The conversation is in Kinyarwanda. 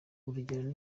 urugero